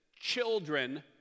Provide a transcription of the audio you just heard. children